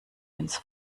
ins